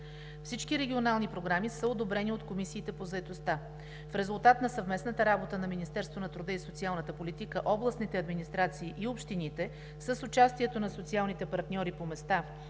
Всички регионални програми са одобрени от комисиите по заетостта. В резултат на съвместната работа на Министерството на труда и социалната политика, областните администрации и общините с участието на социалните партньори по места